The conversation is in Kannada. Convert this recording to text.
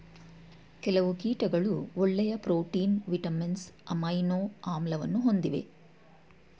ಕೆಲವು ಕೀಟಗಳು ಒಳ್ಳೆಯ ಪ್ರೋಟೀನ್, ವಿಟಮಿನ್ಸ್, ಅಮೈನೊ ಆಮ್ಲವನ್ನು ಹೊಂದಿವೆ